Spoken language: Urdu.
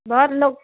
بہت لوگ